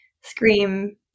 Scream